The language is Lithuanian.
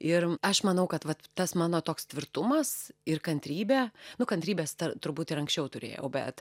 ir aš manau kad vat tas mano toks tvirtumas ir kantrybė nu kantrybės turbūt ir anksčiau turėjau bet